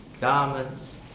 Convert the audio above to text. garments